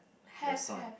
the sign